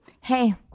Hey